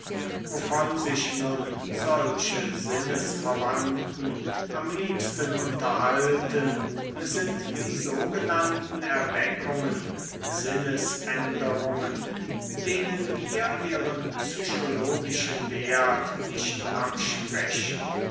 wovon sich nun solche sinnesverwandten am liebsten unterhalten sind die sogenannten erweckungen sinnesänderungen denen wir ihren psychologischen wert nicht absprechen